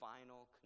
final